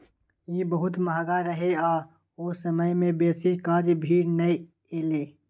ई बहुत महंगा रहे आ ओ समय में बेसी काज भी नै एले